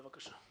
בבקשה.